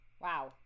Wow